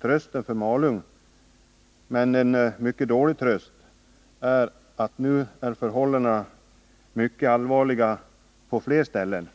Trösten för Malung är — men det är en mycket dålig tröst — att förhållandena nu är mycket allvarliga på flera håll.